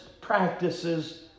practices